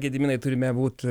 gediminai turime būti